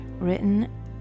written